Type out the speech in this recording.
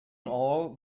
all